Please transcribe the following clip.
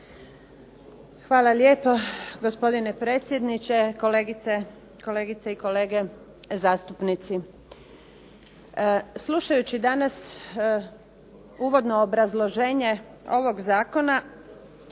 Hvala lijepa. Gospodine predsjedniče, kolegice i kolege zastupnici. Slušajući danas uvodno obrazloženje ovog zakona